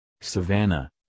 Savannah